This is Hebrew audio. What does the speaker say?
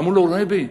אמרו לו: רבי,